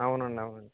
అవునండి అవునండి